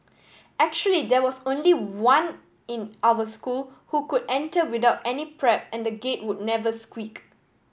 actually there was only one in our school who could enter without any prep and the Gate would never squeak